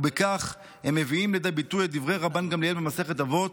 ובכך הם מביאים לידי ביטוי את דברי רבן גמליאל במסכת אבות: